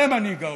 זה מנהיג העולם.